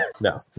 no